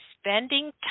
spending